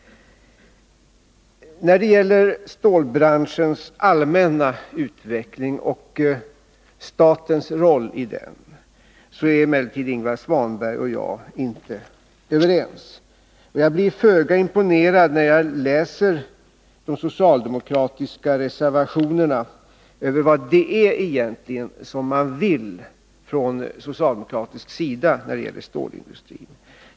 När det gäller stålbranschens allmänna utveckling och statens roll i den är emellertid Ingvar Svanberg och jag inte överens. Jag blir föga imponerad, när jag läser de socialdemokratiska reservationerna, av vad det egentligen är man vill från socialdemokratisk sida när det gäller stålindustrin.